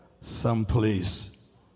someplace